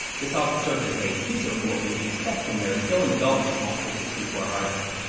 this also served as a teaser for what we could expect from their still in development ultra sixty four hardware.